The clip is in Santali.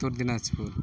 ᱩᱛᱛᱚᱨ ᱫᱤᱱᱟᱡᱯᱩᱨ